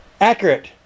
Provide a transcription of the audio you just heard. Accurate